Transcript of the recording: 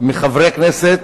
על-ידי חברי כנסת,